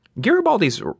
Garibaldi's